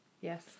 Yes